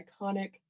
iconic